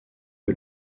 est